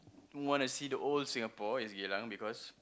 wanna see the old Singapore it's Geylang because